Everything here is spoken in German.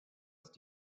ist